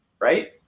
right